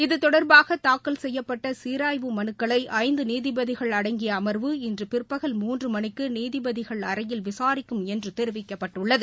இது தொடர்பாக தாக்கல் செய்யப்பட்ட சீராய்வு மனுக்களை ஐந்து நீதிபதிகள் அடங்கிய அம்வு் இன்று பிற்பகல் மூன்று மணிக்கு நீதிபதிகள் அறையில் விசாரிக்கும் என்று தெரிவிக்கப்பட்டுள்ளது